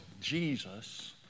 Jesus